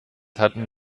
hatten